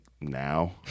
now